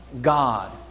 God